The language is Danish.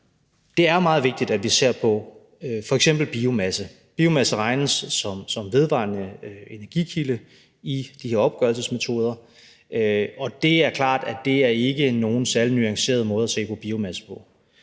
Det er meget vigtigt, at vi f.eks. ser på biomasse. Biomasse regnes som vedvarende energikilde i de her opgørelsesmetoder, og det er klart, at det ikke er nogen særlig nuanceret måde at se på biomasse på.